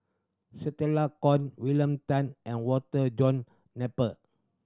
Stella Kon William Tan and Walter John Napier